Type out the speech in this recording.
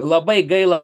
labai gaila